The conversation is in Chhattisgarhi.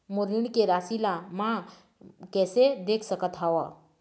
मोर ऋण के राशि ला म कैसे देख सकत हव?